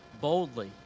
boldly